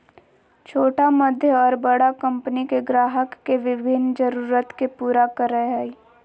छोटा मध्य और बड़ा कंपनि के ग्राहक के विभिन्न जरूरत के पूरा करय हइ